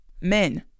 Men